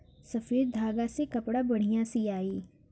सफ़ेद धागा से कपड़ा बढ़िया सियाई